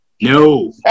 No